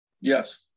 Yes